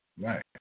right